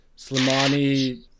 Slimani